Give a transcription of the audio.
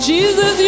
Jesus